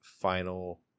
final